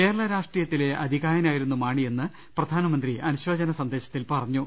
കേരള രാഷ്ട്രീയത്തിലെ അതികായനായിരുന്നു മാണിയെന്ന് പ്രധാന മന്ത്രി അനുശോചന സന്ദേശത്തിൽ പറഞ്ഞു